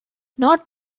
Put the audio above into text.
not